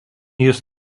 jis